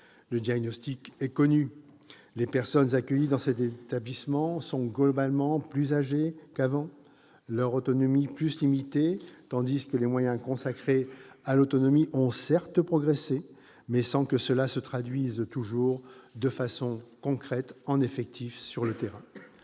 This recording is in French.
Le diagnostic est connu : les personnes accueillies dans ces établissements sont globalement plus âgées qu'avant et leur autonomie plus limitée, tandis que les moyens consacrés à l'autonomie ont certes progressé, mais sans que cela se traduise toujours de façon concrète en effectifs sur le terrain.